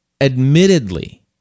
admittedly